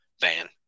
Van